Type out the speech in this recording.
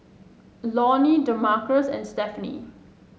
Lonny Damarcus and Stefanie